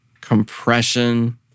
compression